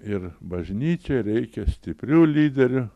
ir bažnyčiai reikia stipriu lyderių